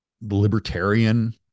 libertarian